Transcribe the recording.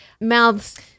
mouths